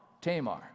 Tamar